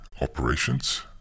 operations